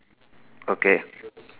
okay